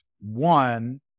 one